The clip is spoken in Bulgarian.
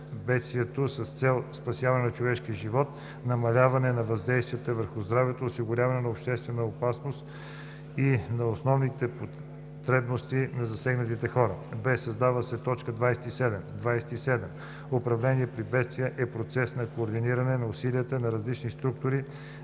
бедствието с цел спасяване на човешки живот, намаляване на въздействията върху здравето, осигуряване на обществената безопасност и на основните потребности на засегнатите хора.“; б) създава се т. 27: „27. „Управление при бедствия“ е процес на координиране на усилията на различните структури